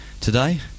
Today